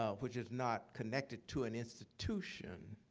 ah which is not connected to an institution,